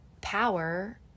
power